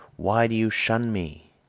why do you shun me?